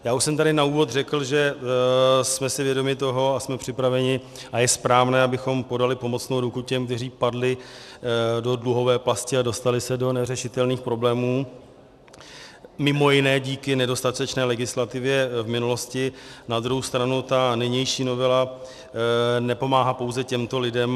Já už jsem tady na úvod řekl, že jsme si vědomi toho a jsme připraveni a je správné, abychom podali pomocnou ruku těm, kteří padli do dluhové pasti a dostali se do neřešitelných problémů mimo jiné díky nedostatečné legislativě v minulosti, na druhou stranu nynější novela nepomáhá pouze těmto lidem.